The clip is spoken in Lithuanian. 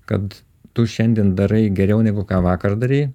kad tu šiandien darai geriau negu ką vakar darei